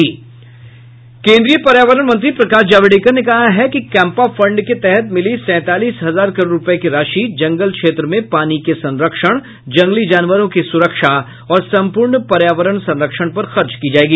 केंद्रीय पर्यावरण मंत्री प्रकाश जावड़ेकर ने कहा है कि कैंपा फंड के तहत मिली सैंतालीस हजार करोड़ रूपये की राशि जंगल क्षेत्र में पानी के संरक्षण जंगली जानवरों की सुरक्षा और संपूर्ण पर्यावरण संरक्षण पर खर्च की जायेगी